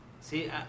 See